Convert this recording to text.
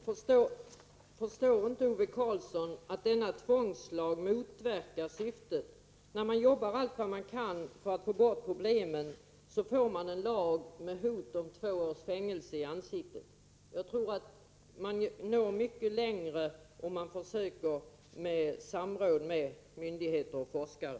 Herr talman! Förstår inte Ove Karlsson att denna tvångslag motverkar syftet i det här avseendet? Man jobbar ju allt man kan för att få bort problemen. Då är det som ett slag i ansiktet, när en sådan här lag kommer som innebär att man riskerar två års fängelse. Jag tror att man når mycket längre om man försöker få till stånd ett samråd mellan myndigheter och forskare.